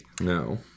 No